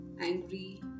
angry